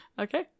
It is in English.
Okay